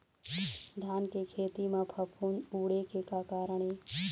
धान के खेती म फफूंद उड़े के का कारण हे?